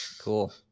Cool